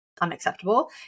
unacceptable